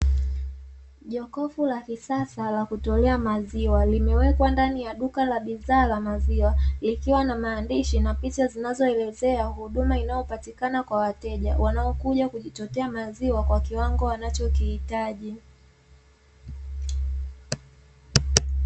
Jokofu la kisasa la kutolea maziwa limewekwa ndani ya duka za bidhaa la maziwa, likiwa na maandishi na picha zinazoelezea huduma inayopatikana kwa wateja wanaokuja kujichotea maziwa kwa kiwango wanachokihitaji.